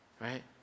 Right